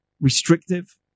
restrictive